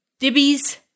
dibbies